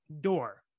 door